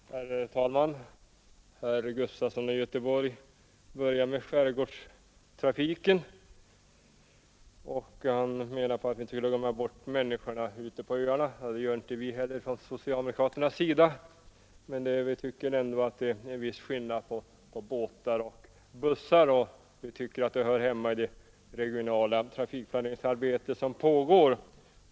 Herr talman! Herr Gustafson i Göteborg började med att tala om skärgårdstrafiken och menar att vi inte får glömma bort människorna på öarna. Det gör vi inte heller från socialdemokraternas sida. Men vi tycker ändå det är en viss skillnad på båtar och bussar och att den frågan hör hemma i det regionala trafikplaneringsarbete som pågår.